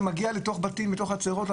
זה מגיע לתוך בתים לתוך חצרות,